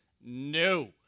No